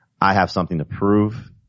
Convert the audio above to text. I-have-something-to-prove